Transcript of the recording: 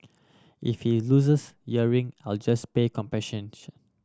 if he loses I'll just pay compensation